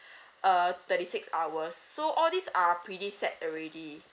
uh thirty six hours so all these are pretty set already